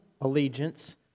allegiance